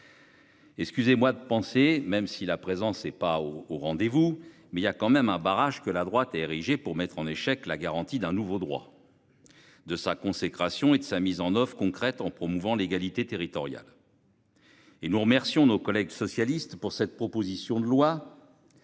Excusez-moi de penser même si la présence est pas au rendez-vous. Mais il y a quand même un barrage que la droite est érigé pour mettre en échec la garantie d'un nouveau droit. De sa consécration et de sa mise en oeuvre concrète en promouvant l'égalité territoriale. Et nous remercions nos collègues socialistes pour cette proposition de loi.